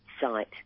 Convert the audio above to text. site